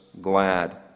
glad